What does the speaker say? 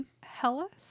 hellas